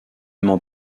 m’en